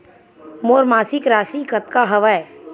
मोर मासिक राशि कतका हवय?